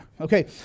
Okay